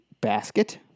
basket